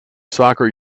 soccer